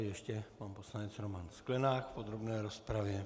Ještě pan poslanec Roman Sklenák v podrobné rozpravě.